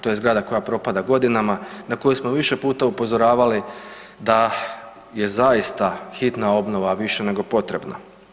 To je zgrada koja propada godinama, na koju smo više puta upozoravali da je zaista hitna obnova više nego potrebna.